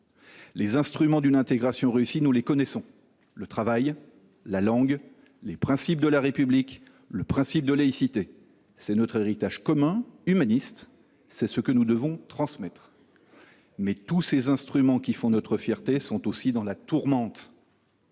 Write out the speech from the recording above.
Les instruments d’une intégration réussie, nous les connaissons : le travail, la langue, les principes de la République, le principe de laïcité, c’est à dire notre héritage commun, humaniste – ce que nous devons transmettre. Mais tous ces instruments qui font notre fierté sont aussi pris dans la tourmente.